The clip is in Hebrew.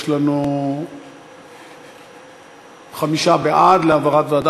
יש לנו חמישה בעד העברה לוועדה.